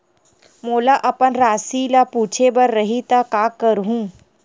मोला अपन राशि ल पूछे बर रही त का करहूं?